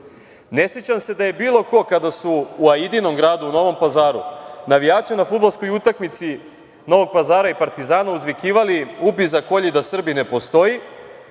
Ne sećam se da je bilo ko kada su u Aidinom gradu, u Novom Pazaru navijači na fudbalskoj utakmici Novog Pazara i Partizana uzvikivali: „Ubi, zakolji, da Srbin ne postoji“,